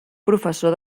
professor